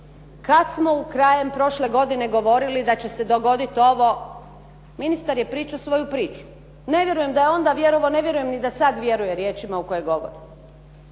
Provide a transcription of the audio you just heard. Kada smo krajem prošle godine dogoditi ovo, ministar je pričao svoju priču. Ne vjerujem da je onda vjerovao, ne vjerujem ni da sada vjeruje riječima koje govori.